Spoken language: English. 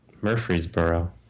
Murfreesboro